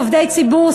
עובדי ציבור,